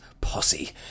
posse